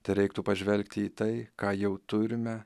tereiktų pažvelgti į tai ką jau turime